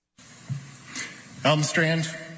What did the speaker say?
Elmstrand